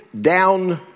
down